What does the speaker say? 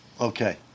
Okay